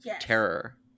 terror